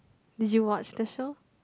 did you watch the show